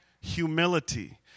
Humility